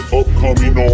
upcoming